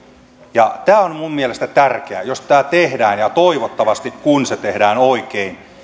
ja tämä on minun mielestäni tärkeä jos tämä tehdään ja toivottavasti kun se tehdään oikein niin